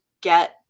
get